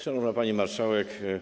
Szanowna Pani Marszałek!